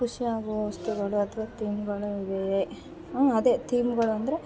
ಖುಷಿಯಾಗುವ ವಸ್ತುಗಳು ಅಥ್ವ ಥೀಮ್ಗಳು ಇವೆ ಅದೇ ಥೀಮ್ಗಳು ಅಂದರೆ